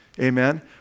Amen